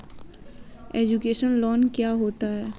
Education loan क्या होता है?